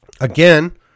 Again